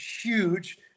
huge